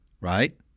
right